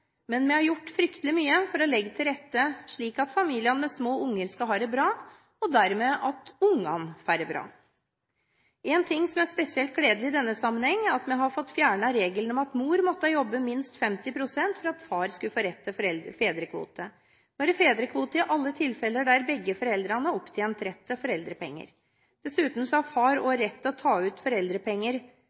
men vi har gjort fryktelig mye for å legge til rette slik at familier med små unger skal ha det bra, og dermed at ungene får det bra. En ting som er spesielt gledelig i denne sammenhengen, er at vi har fått fjernet regelen om at mor måtte jobbe minst 50 pst. for at far skulle få rett til fedrekvote. Nå er det fedrekvote i alle tilfeller der begge foreldrene har opptjent rett til foreldrepenger. Dessuten har far også rett til å ta ut foreldrepenger